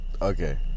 okay